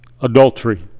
Adultery